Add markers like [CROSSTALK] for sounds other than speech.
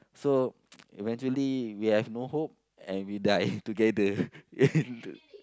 so [NOISE] eventually we have no hope and we die [LAUGHS] together [LAUGHS] in [LAUGHS]